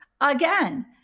Again